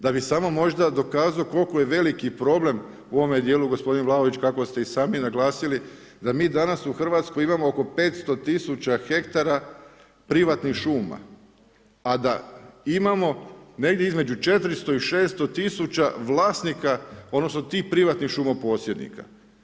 Da bih samo možda dokazao koliko je veliki problem u ove dijelu, gospodine Vlaović, kako ste i sami naglasili da mi danas u Hrvatskoj imamo oko 500 000 ha privatnih šuma a da imamo negdje između 400 i 600 tisuća vlasnika odnosno tih privatnih šumoposjednika.